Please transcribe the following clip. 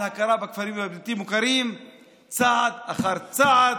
ההכרה בכפרים הבלתי-מוכרים צעד אחר צעד.